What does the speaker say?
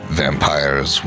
vampires